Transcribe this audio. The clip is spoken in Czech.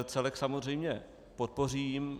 Celek samozřejmě podpořím.